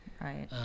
Right